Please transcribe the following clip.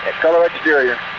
color exterior.